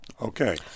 Okay